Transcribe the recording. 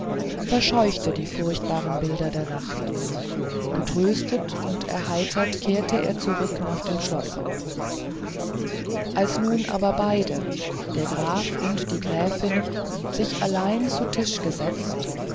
verscheuchte die furchtbaren bilder der nacht getröstet und erheitert kehrte er zurück nach dem schlosse als nun aber beide der graf und die gräfin sich allein zu tische gesetzt